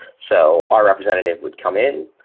so our representative would come in,